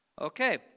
Okay